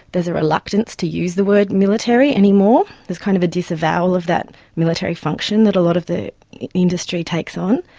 there's a reluctance to use the word military anymore there's kind of a disavowal of that military function that a lot of the industry takes on.